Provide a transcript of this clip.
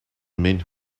meet